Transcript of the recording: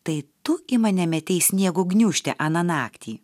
tai tu į mane metei sniego gniūžtę aną naktį